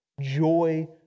Joy